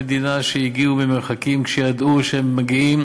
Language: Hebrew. כל תושבי המדינה שהגיעו ממרחקים כשידעו שהם מגיעים